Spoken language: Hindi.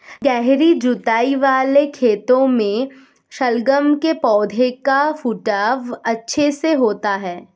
गहरी जुताई वाले खेतों में शलगम के पौधे का फुटाव अच्छे से होता है